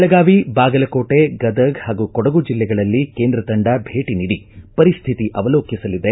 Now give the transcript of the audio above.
ಬೆಳಗಾವಿ ಬಾಗಲಕೋಟೆ ಗದಗ ಹಾಗೂ ಕೊಡಗು ಜಿಲ್ಲೆಗಳಲ್ಲಿ ಕೇಂದ್ರ ತಂಡ ಭೇಟಿ ನೀಡಿ ಪರಿಸ್ತಿತಿ ಅವಲೋಕಿಸಲಿದೆ